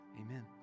amen